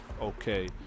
okay